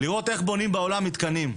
לראות איך בונים בעולם מתקנים.